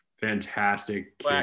Fantastic